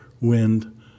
wind